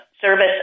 service